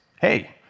hey